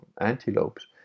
antelopes